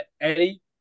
Eddie